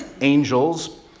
angels